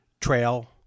trail